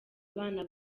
abana